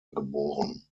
geboren